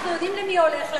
אנחנו יודעים למי הוא הולך,